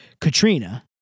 Katrina